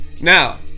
Now